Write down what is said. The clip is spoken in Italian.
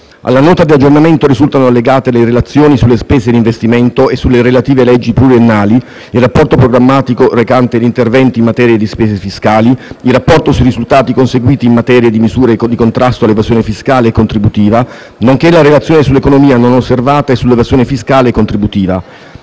alla Nota di aggiornamento risultano allegate le relazioni sulle spese di investimento e sulle relative leggi pluriennali, il rapporto programmatico recante gli interventi in materia di spese fiscali, il rapporto sui risultati conseguiti in materia di misure di contrasto all'evasione fiscale e contributiva, nonché la relazione sull'economia non osservata e sull'evasione fiscale e contributiva.